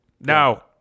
No